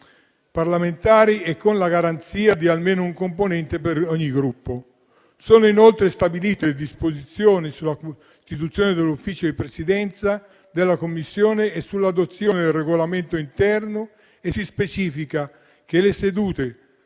parlamentari e con la garanzia di almeno un componente per ogni Gruppo. Sono inoltre stabilite le disposizioni sulla costituzione dell'Ufficio di Presidenza della Commissione e sull'adozione del regolamento interno e si specifica che le sedute